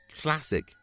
classic